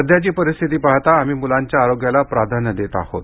सध्याची परिस्थिती पाहता आम्ही मुलांच्या आरोग्याला प्राधान्य देत आहोत